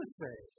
say